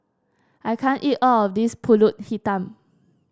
I can't eat all of this pulut hitam